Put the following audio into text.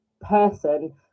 person